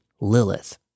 Lilith